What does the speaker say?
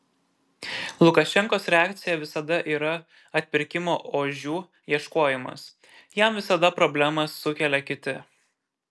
lukašenkos reakcija visada yra atpirkimo ožių ieškojimas jam visada problemas sukelia kiti